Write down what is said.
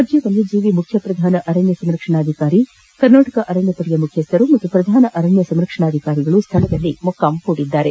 ರಾಜ್ಯ ವನ್ಯಜೀವಿ ಮುಖ್ಯ ಪ್ರಧಾನ ಅರಣ್ಯ ಸಂರಕ್ಷಣಾಧಿಕಾರಿ ಕರ್ನಾಟಕ ಅರಣ್ಯ ಪಡೆ ಮುಖ್ಯಸ್ಥರು ಹಾಗೂ ಪ್ರಧಾನ ಅರಣ್ಯ ಸಂರಕ್ಷಣಾಧಿಕಾರಿಗಳು ಸ್ಥಳದಲ್ಲೇ ಮೊಕ್ಕಾಂ ಹೂಡಿದ್ದಾರೆ